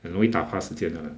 很容易打发时间的 lah